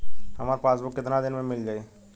हमार पासबुक कितना दिन में मील जाई?